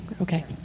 okay